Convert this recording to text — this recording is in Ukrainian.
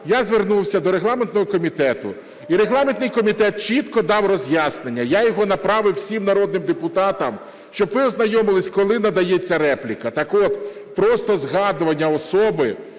я звернувся до регламентного комітету, і регламентний комітет чітко дав роз'яснення, я його направив всім народним депутатам, щоб ви ознайомились, коли надається репліка. Так от, просто згадування особи,